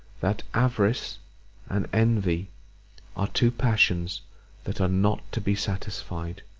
that avarice and envy are two passions that are not to be satisfied,